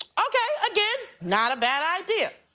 okay, again, not a bad idea,